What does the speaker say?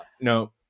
No